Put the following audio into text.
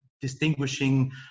distinguishing